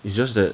it's just that